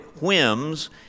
whims